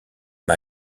m’a